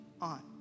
on